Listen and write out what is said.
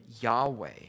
Yahweh